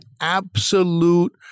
absolute